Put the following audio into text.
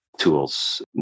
tools